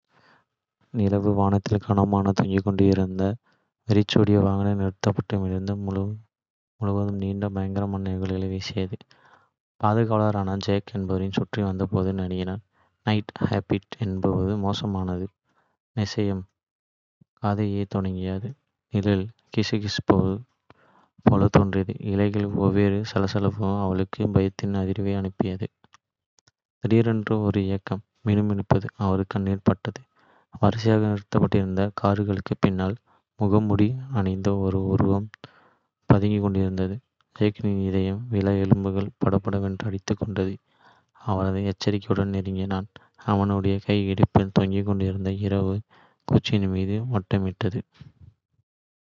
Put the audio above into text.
நிலவு வானத்தில் கனமாகத் தொங்கிக் கொண்டிருந்தது, வெறிச்சோடிய வாகன நிறுத்துமிடம் முழுவதும் நீண்ட, பயங்கரமான நிழல்களை வீசியது. பாதுகாவலரான ஜேக் என்பவர் சுற்றி வந்தபோது நடுங்கினார். நைட் ஷிப்ட் எப்போதுமே மோசமானது; நிசப்தம் காதைச் செவிடாக்கியது. நிழல்கள் கிசுகிசுப்பது போலத் தோன்றியது, இலைகளின் ஒவ்வொரு சலசலப்பும் அவனுக்குள் பயத்தின் அதிர்வை அனுப்பியது. திடீரென்று, ஒரு இயக்கத்தின் மினுமினுப்பு அவர் கண்ணில் பட்டது. வரிசையாக நிறுத்தப்பட்டிருந்த கார்களுக்குப் பின்னால் முகமூடி அணிந்த ஒரு உருவம் பதுங்கிக் கொண்டிருந்தது. ஜேக்கின் இதயம் விலா எலும்புகளில் படபடவென்று அடித்துக் கொண்டது, அவன் எச்சரிக்கையுடன் நெருங்கினான். அவனுடைய கை இடுப்பில் தொங்கிக் கொண்டிருந்த இரவுக் குச்சியின் மீது வட்டமிட்டது. நில், என்று அவர் குரைத்தார், அவருடைய குரல் இரவின் அமைதியில் எதிரொலித்தது.